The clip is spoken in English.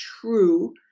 true